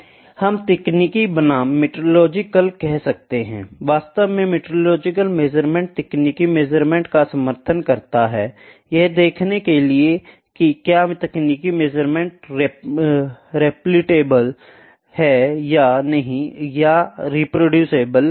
हम तकनीकी बनाम मेट्रोलॉजिकल कह सकते हैं वास्तव में मेट्रोलॉजिकल मेजरमेंट तकनीकी मेजरमेंट का समर्थन करता है यह देखने के लिए है कि क्या तकनीकी मेजरमेंट रिपीटेबल है या नहीं रीप्रोड्युसिबल है या नहीं